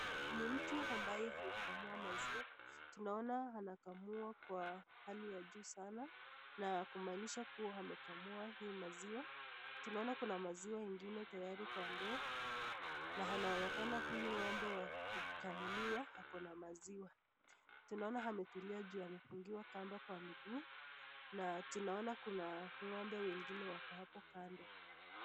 Ni mtu ambaye anakamua maziwa, tunaona nanakamua kwa halio ya juu sana. Tunaona kuna maziwa kwenye ndoo na inaonekana ngombe hii ina maziwa. Tuanaona pia kuna ngombe wengine hapo kando.